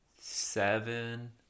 seven